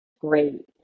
great